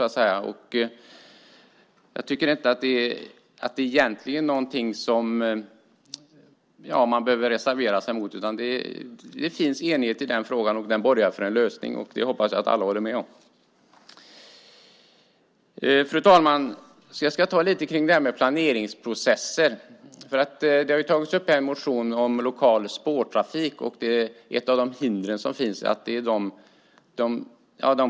Det här är inte någonting man behöver reservera sig mot. Det finns enighet i frågan, och det borgar för en lösning. Jag hoppas att alla håller med om det. Fru talman! Jag tänkte ta upp frågan om planeringsprocesser. I en motion har frågan om lokal spårtrafik tagits upp.